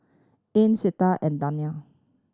Ann Clytie and Dayna